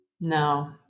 No